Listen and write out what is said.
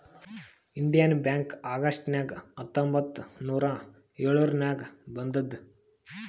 Indian bank August ನಾಗ್ ಹತ್ತೊಂಬತ್ತ್ ನೂರಾ ಎಳುರ್ನಾಗ್ ಬಂದುದ್